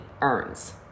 earns